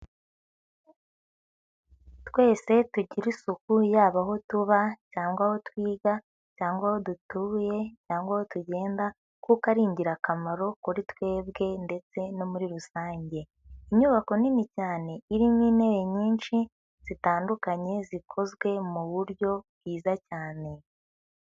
Twese tugire isuku yaba aho tuba cyangwa aho twiga cyangwa aho dutuye cyangwa aho tugenda, kuko ari ingirakamaro kuri twebwe ndetse no muri rusange. Inyubako nini cyane, irimo intebe nyinshi zitandukanye zikozwe mu buryo bwiza cyane.